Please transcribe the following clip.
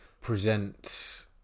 present